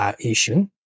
issue